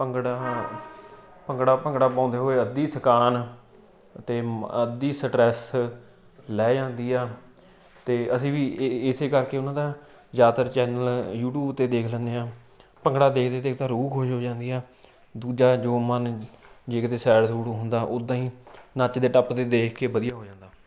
ਭੰਗੜੇ ਭੰਗੜਾ ਭੰਗੜਾ ਪਾਉਂਦੇ ਹੋਏ ਅੱਧੀ ਥਕਾਨ ਅਤੇ ਅੱਧੀ ਸਟਰੈਸ ਲੈਹ ਜਾਂਦੀ ਆ ਅਤੇ ਅਸੀਂ ਵੀ ਇਸੇ ਕਰਕੇ ਉਹਨਾਂ ਦਾ ਜ਼ਿਆਦਾਤਰ ਚੈਨਲ ਯੂਟਿਊਬ 'ਤੇ ਦੇਖ ਲੈਦੇ ਆ ਭੰਗੜਾ ਦੇਖਦੇ ਦੇਖਦੇ ਤਾਂ ਰੂਹ ਖੁਸ਼ ਹੋ ਜਾਂਦੀ ਆ ਦੂਜਾ ਜੋ ਮਨ ਜੇ ਕਿਤੇ ਸੈਡ ਸੂਡ ਹੁੰਦਾ ਉਦਾਂ ਹੀ ਨੱਚਦੇ ਟੱਪਦੇ ਦੇਖ ਕੇ ਵਧੀਆ ਹੋ ਜਾਂਦਾ